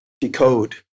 decode